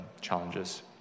challenges